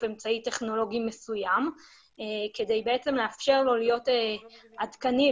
אמצעי טכנולוגי מסוים כדי לאפשר לו להיות עדכני,